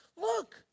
look